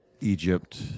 Egypt